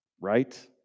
Right